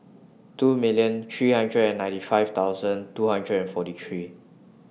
two millions three hundred and ninety five thousands two hundred and forty three